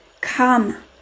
come